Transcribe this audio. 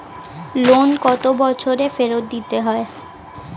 Loan কত বছরে ফেরত দিতে হয়?